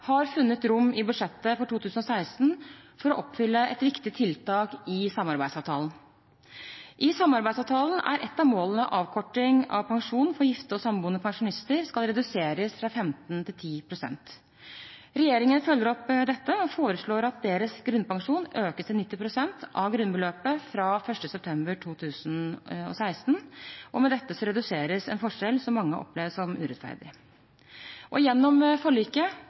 har funnet rom for å oppfylle et viktig tiltak i samarbeidsavtalen. I samarbeidsavtalen er et av målene at avkorting av pensjon for gifte og samboende pensjonister skal reduseres fra 15 pst. til 10 pst. Regjeringen følger opp dette og foreslår at deres grunnpensjon økes til 90 pst. av grunnbeløpet fra 1. september 2016. Med dette reduseres en forskjell som mange opplever som urettferdig. Gjennom forliket